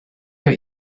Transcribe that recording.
your